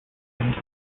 and